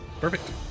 perfect